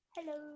hello